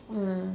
mm